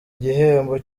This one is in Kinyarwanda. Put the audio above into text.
igihembo